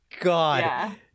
god